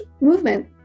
movement